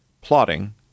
Plotting